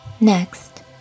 Next